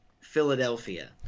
Philadelphia